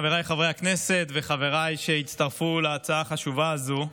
חבריי חברי הכנסת וחבריי שהצטרפו להצעה החשובה הזו,